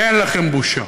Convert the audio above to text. אין לכם בושה.